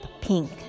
pink